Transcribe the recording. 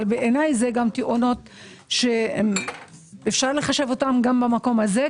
בעיניי זה תאונות שאפשר לחשב בכל המקום הזה,